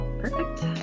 perfect